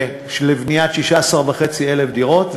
לבניית 16,500 דירות,